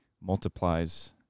multiplies